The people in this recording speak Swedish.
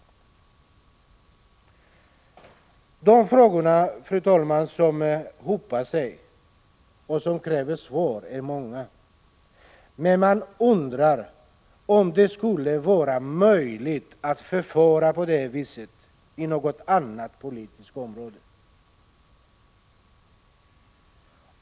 De frågor, fru talman, som hopar sig och som kräver svar är många. Man undrar om det skulle vara möjligt att förfara på det här viset på något annat politiskt område.